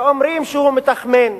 ואומרים שהוא מתכמן,